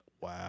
Wow